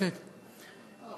מועצת תלמידים ונוער,